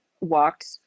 walked